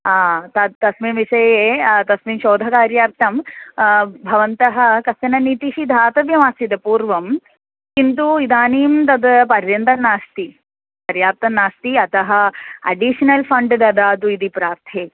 आ तस्मिन् विषये तस्मिन् शोधकार्यार्थं भवन्तः कश्चन निधिः दातव्यः आसीत् पूर्वं किन्तु इदानीं तद् पर्यन्तं नास्ति पर्याप्तं नास्ति अतः अडिशनल् फ़ण्ड् ददातु इति प्रार्थे